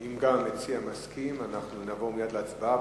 אם גם המציע מסכים, אנחנו נעבור מייד להצבעה.